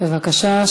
סעד, בבקשה.